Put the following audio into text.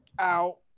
Ow